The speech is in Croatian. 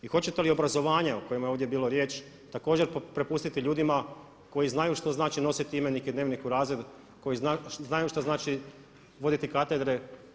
I hoćete li obrazovanje o kojemu je ovdje bilo riječ također prepustiti ljudima koji znaju što znači nositi imenik i dnevnik u razred, koji znaju što znači voditi katedre?